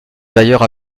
d’ailleurs